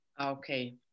okay